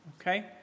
Okay